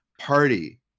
party